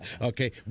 Okay